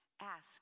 Ask